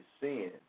sin